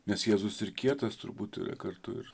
nes jėzus ir kietas turbūt ir kartu ir